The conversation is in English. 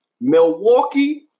Milwaukee